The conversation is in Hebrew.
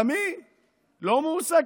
גם היא כבר לא מועסקת.